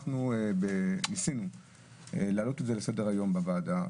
אנחנו ניסינו להעלות את זה לסדר-היום בוועדה,